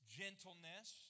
gentleness